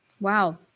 Wow